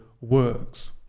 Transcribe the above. works